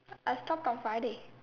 I stopped on Friday